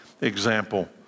example